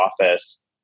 office